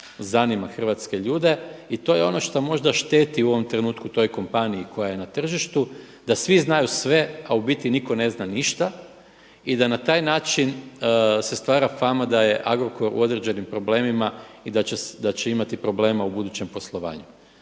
zanima hrvatske ljude i to je ono što možda šteti u ovom trenutku toj kompaniji koja je na tržištu da svi znaju sve a u biti nitko ne zna ništa i da na taj način se stvara fama da je Agrokor u određenim problemima i da će imati problema u budućem poslovanju.